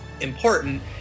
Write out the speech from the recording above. important